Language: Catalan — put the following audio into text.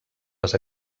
les